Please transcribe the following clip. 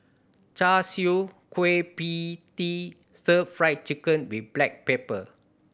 Char Siu Kueh Pie Tee Stir Fried Chicken with black pepper